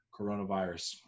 coronavirus